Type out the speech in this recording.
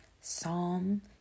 psalm